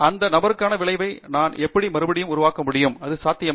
இந்த நபருக்கான ஒரே விளைவை நான் எப்படி மறுபடியும் உருவாக்க முடியும் இது சாத்தியமா